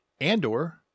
Andor